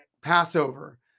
Passover